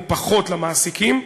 ופחות למעסיקים.